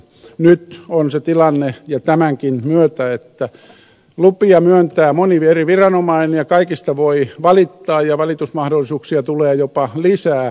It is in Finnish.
nyt on se tilanne jo tämänkin myötä että lupia myöntää moni eri viranomainen ja kaikista voi valittaa ja valitusmahdollisuuksia tulee jopa lisää